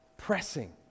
pressing